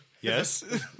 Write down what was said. Yes